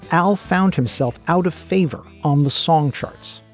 al found himself out of favor on the song charts.